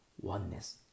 Oneness